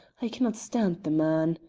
i cannot stand the man.